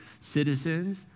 citizens